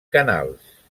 canals